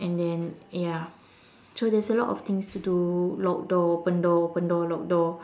and then ya so there's a lot of things to do lock door open door open door lock door